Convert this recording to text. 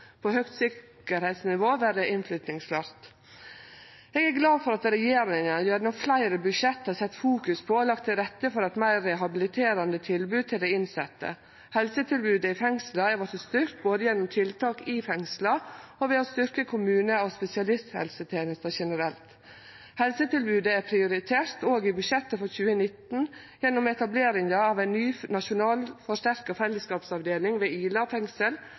på høgt sikringsnivå vere innflyttingsklart. Eg er glad for at regjeringa gjennom fleire budsjett har fokusert på og lagt til rette for eit meir rehabiliterande tilbod til dei innsette. Helsetilbodet i fengsla har vorte styrkt, både gjennom tiltak i fengsla og ved å styrkje kommune- og spesialisthelsetenesta generelt. Helsetilbodet er prioritert òg i budsjettet for 2019 gjennom etableringa av ei ny nasjonal forsterka fellesskapsavdeling ved Ila fengsel,